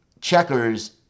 Checkers